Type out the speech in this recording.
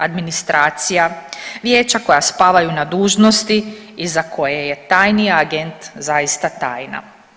Administracija, vijeća koja spavaju na dužnosti i za koje je tajni agent zaista tajna.